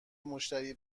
مشتری